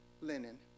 linen